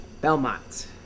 Belmont